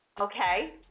okay